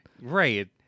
Right